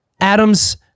Adams